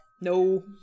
No